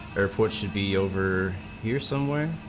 report should be over here somewhere